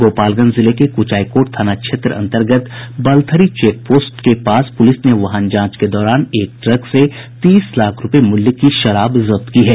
गोपालगंज जिले के कुचायकोट थाना क्षेत्र अंतर्गत बलथरी चेकपोस्ट के पास प्रलिस ने वाहन जांच के दौरान एक ट्रक से तीस लाख रूपये मूल्य की शराब जब्त की है